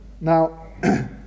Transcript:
Now